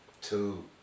two